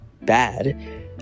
bad